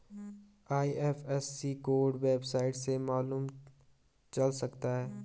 IFSC code website से मालूम चल सकता है